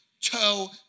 toe